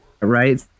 right